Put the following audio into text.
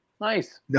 Nice